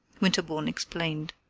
winterbourne explained.